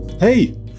Hey